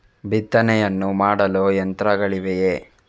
ಬಿತ್ತನೆಯನ್ನು ಮಾಡಲು ಯಂತ್ರಗಳಿವೆಯೇ?